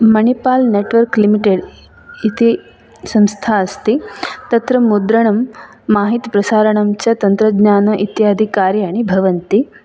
Manipal network limited इति संस्था अस्ति तत्र मुद्रणं माहितिप्रसारणं च इत्यादि तन्त्रज्ञानकार्याणि भवन्ति